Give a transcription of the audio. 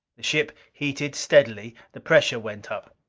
the ship heated steadily. the pressure went up.